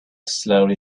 slowly